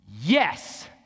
Yes